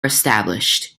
established